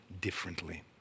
differently